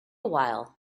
while